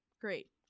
Great